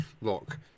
look